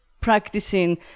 practicing